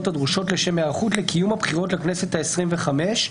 הדרושות לשם היערכות לקיום הבחירות לכנסת העשרים וחמש.